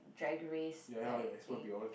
Drag Race like they